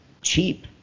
cheap